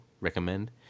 Recommend